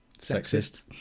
Sexist